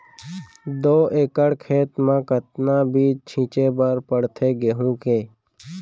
दो एकड़ खेत म कतना बीज छिंचे बर पड़थे गेहूँ के?